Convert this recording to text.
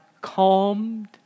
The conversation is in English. calmed